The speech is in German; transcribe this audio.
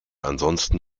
ansonsten